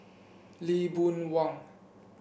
Lee Boon Wang